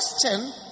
question